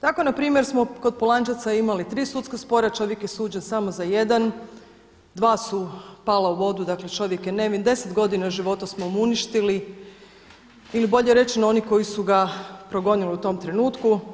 Tako npr. smo kod Polančeca imali tri sudska spora, čovjek je suđen samo za jedan, dva su pala u vodu, dakle čovjek je nevin, 10 godina života smo mu uništili, ili bolje rečeno oni koji su ga progonili u tom trenutku.